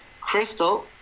Crystal